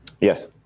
Yes